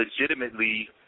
legitimately